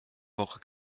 woche